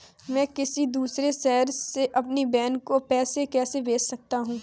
मैं किसी दूसरे शहर से अपनी बहन को पैसे कैसे भेज सकता हूँ?